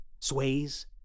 sways